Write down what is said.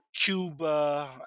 Cuba